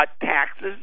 taxes